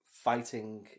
Fighting